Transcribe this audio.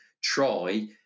try